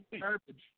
garbage